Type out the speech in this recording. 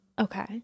okay